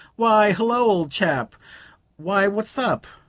why, hullo, old chap why, what's up?